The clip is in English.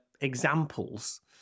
examples